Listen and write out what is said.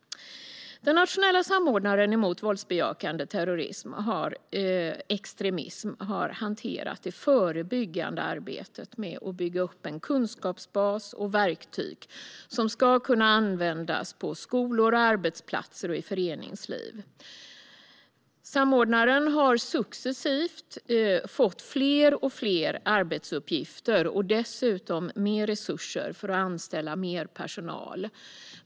Den nationella samordnaren mot våldsbejakande extremism har hanterat det förebyggande arbetet med att bygga upp en kunskapsbas och verktyg som ska kunna användas på skolor och arbetsplatser och i föreningsliv. Samordnaren har successivt fått fler och fler arbetsuppgifter och dessutom mer resurser för att anställa mer personal.